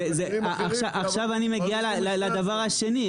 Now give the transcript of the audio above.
עכשיו אני מגיע לדבר השני.